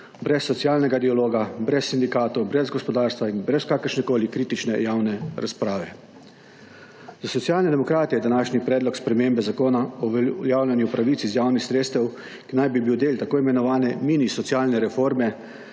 brez socialnega dialoga, brez sindikatov, brez gospodarstva in brez kakršnekoli kritične javne razprave. Za Socialne demokrate je današnji predlog spremembe zakona o uveljavljanju pravic iz javnih sredstev, ki naj bi bil del tako imenovane mini socialne reforme,